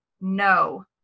No